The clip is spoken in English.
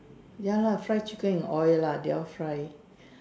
ya lah fry chicken in oil lah they all fry